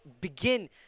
begin